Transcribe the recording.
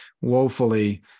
woefully